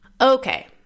Okay